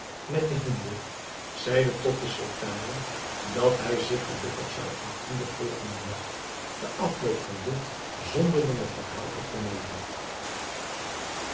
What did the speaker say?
met de hinde zeide tot de sultane dat hij zich gelukkig zou achten den volgenden nacht den afloop van dit zonderlinge verhaal te vernemen